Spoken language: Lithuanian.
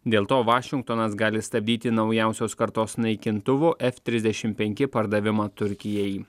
dėl to vašingtonas gali stabdyti naujausios kartos naikintuvų ef trisdešim penki pardavimą turkijai